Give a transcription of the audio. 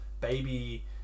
baby